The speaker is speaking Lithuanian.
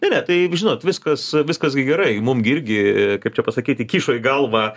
ne ne tai žinot viskas viskas gi gerai mum gi irgi kaip čia pasakyt įkišo į galvą